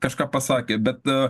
kažką pasakė bet